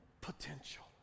potential